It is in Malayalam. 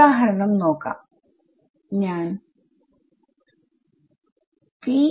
ഉദാഹരണം നോക്കാം ഞാൻ p0q